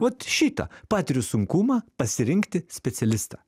vat šitą patiriu sunkumą pasirinkti specialistą